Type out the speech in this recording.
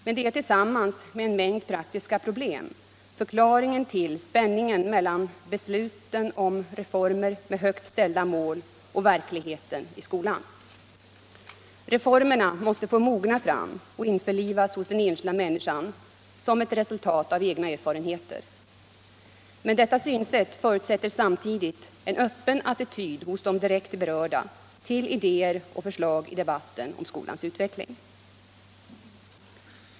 Men det är, tillsammans med en mängd praktiska problem, förklaringen till spänningen mellan beslut om reformer med högt ställda mål och verkligheter i skolan. Reformerna måste få mogna fram och införlivas hos den enskilda människan som ett resultat av egna erfarenheter. Men detta synsätt förutsätter samtidigt en öppen attityd hos de direkt berörda till idéer och förslag i debatten om skolans utveckling.